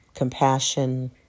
compassion